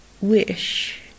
wish